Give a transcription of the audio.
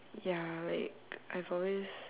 ya like I've always